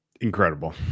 Incredible